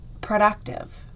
productive